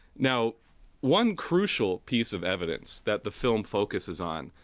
now one crucial piece of evidence that the film focusses on,